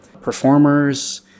performers